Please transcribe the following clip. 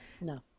no